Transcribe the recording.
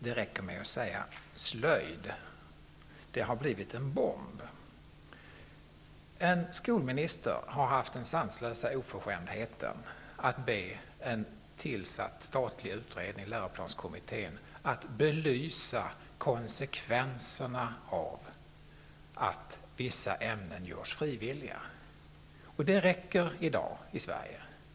Det räcker med att säga ordet slöjd. Det har blivit som en bomb. En skolminister har haft den sanslösa oförskämdheten att be en tillsatt, statlig utredning -- läroplanskommittén -- att belysa konsekvenserna av att vissa ämnen görs frivilliga. Det räcker i dag i Sverige.